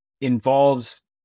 involves